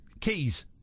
Keys